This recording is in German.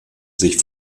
sich